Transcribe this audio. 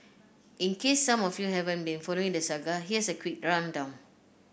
in case some of you haven't been following the saga here's a quick rundown